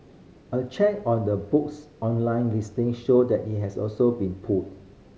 a check on the book's online listing showed that it has also been pulled